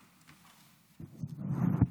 שלום.